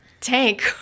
tank